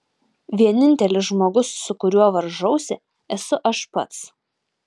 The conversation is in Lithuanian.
vienintelis žmogus su kuriuo varžausi esu aš pats